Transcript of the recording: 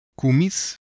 Kumi's